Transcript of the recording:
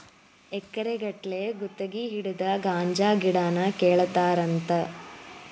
ಎಕರೆ ಗಟ್ಟಲೆ ಗುತಗಿ ಹಿಡದ ಗಾಂಜಾ ಗಿಡಾನ ಕೇಳತಾರಂತ